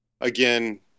Again